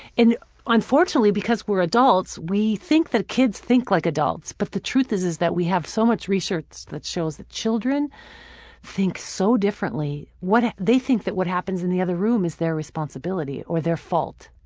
and unfortunately because we're adults, we think that kids think like adults. but the truth is is that we have so much research that shows that children think so differently. they think that what happens in the other room is their responsibility, or their fault.